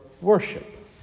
worship